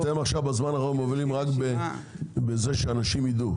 אתם בזמן האחרון מובילים רק בזה שאנשים יידעו,